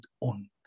on